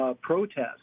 protests